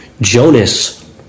Jonas